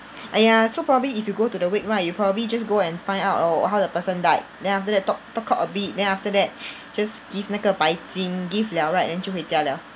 !aiya! so probably if you go to the wake right you probably just go and find out oh how the person died then after that talk talk cock a bit then after that just give 那个白金 give liao right then 就回家 liao